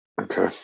Okay